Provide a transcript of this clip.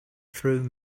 through